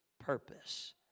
purpose